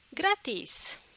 gratis